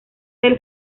del